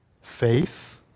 faith